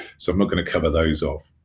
so i'm not gonna cover those off.